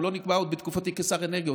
הוא לא נקבע בתקופתי כשר אנרגיה,